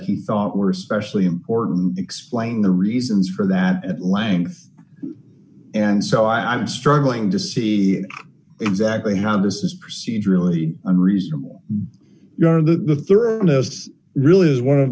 he thought were especially important explain the reasons for that length and so i'm struggling to see exactly how this is procedurally unreasonable you are the really is one of